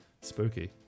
Spooky